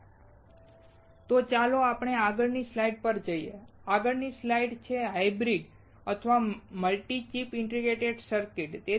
તો ચાલો આપણે આગળની સ્લાઈડ પર જઈએ આગળની સ્લાઇડ્સ છે હાયબ્રીડ અથવા મલ્ટિ ચિપ ઇન્ટિગ્રેટેડ સર્કિટ્સ